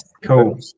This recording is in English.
Cool